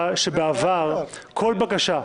בעבר כל בקשה,